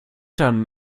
dann